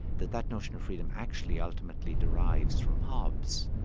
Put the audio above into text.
that that notion of freedom actually ultimately derives from hobbes.